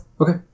Okay